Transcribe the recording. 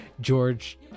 George